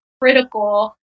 critical